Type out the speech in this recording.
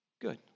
good